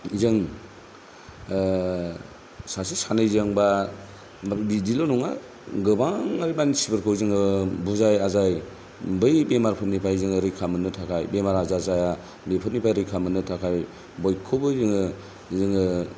जों सासे सानैजों बा बिदिल' नङा गोबाङै मानसिफोरखौ जोङो बुजाय आजाय बै बेमारफोरनिफ्राय जोङो रैखा मोननो थाखाय बेमार आजार जाया बेफोरनिफ्राय रैखा मोननो थाखाय बयखौबो जोङो जोङो